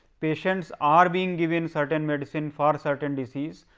patients are being giving certain medicine for certain disease,